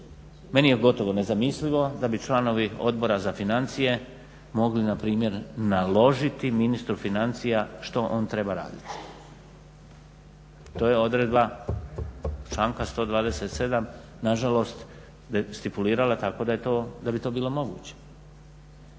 Meni je gotovo nezamislivo da bi članovi Odbora za financije mogli na primjer mogli naložiti ministru financija što on treba raditi. To je odredba članka 127. na žalost stipulirala tako da bi to bilo moguće.